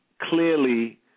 clearly